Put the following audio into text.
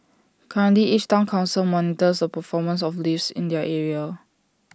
currently each Town Council monitors the performance of lifts in their area